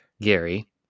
Gary